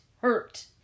hurt